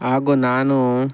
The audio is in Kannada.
ಹಾಗೂ ನಾನು